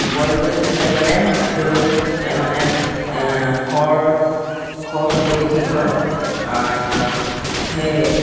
boil কৰি খালে মানে গাখীৰৰ লগত খালে মানে খৰ খৰ খজুৱতি ঠিক হয় সেই